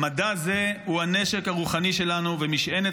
"מדע זה הוא הנשק הרוחני שלנו ומשענת